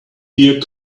here